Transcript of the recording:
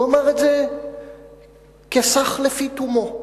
הוא אמר את זה כסח לפי תומו.